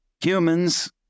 Humans